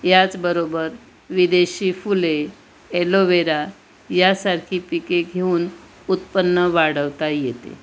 याचबरोबर विदेशी फुले एलो वेरा यासारखी पिके घेऊन उत्पन्न वाढवता येते